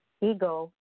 Ego